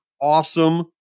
awesome